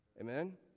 Amen